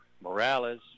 Morales